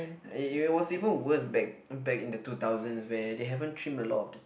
it it was even worse back back in the two thousands where they haven't trim a lot of the